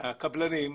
הקבלנים,